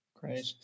Great